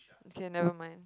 okay never mind